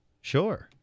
Sure